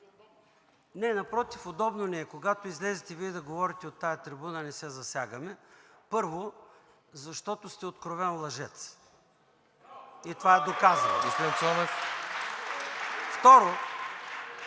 Не, напротив, удобно ни е. Когато излезете Вие да говорите от тази трибуна, не се засягаме, първо, защото сте откровен лъжец. (Възгласи: „Браво!“,